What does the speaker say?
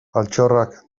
altxorrak